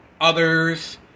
others